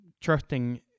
trusting